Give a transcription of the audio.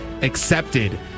accepted